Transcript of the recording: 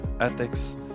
ethics